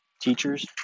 teachers